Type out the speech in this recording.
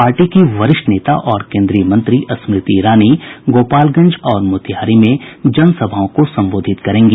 party की वरिष्ठ नेता और केंद्रीय मंत्री स्मृति ईरानी गोपालगंज और मोतिहारी में जन सभाओं को संबोधित करेंगी